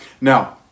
Now